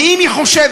ואם היא חושבת